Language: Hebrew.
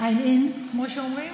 I'm in, כמו שאומרים.